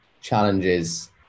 challenges